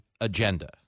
agenda